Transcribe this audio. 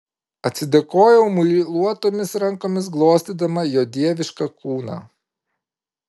atsidėkojau muiluotomis rankomis glostydama jo dievišką kūną